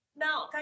Now